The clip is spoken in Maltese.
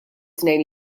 tnejn